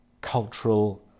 cultural